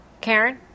Karen